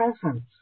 presence